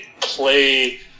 play